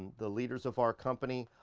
the leaders of our company.